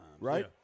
Right